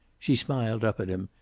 she smiled up at him,